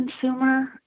consumer